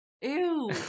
Ew